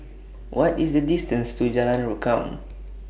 What IS The distance to Jalan Rukam